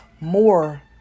more